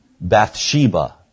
Bathsheba